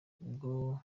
ubwo